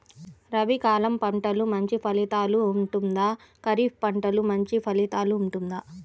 రబీ కాలం పంటలు మంచి ఫలితాలు ఉంటుందా? ఖరీఫ్ పంటలు మంచి ఫలితాలు ఉంటుందా?